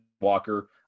Walker